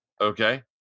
okay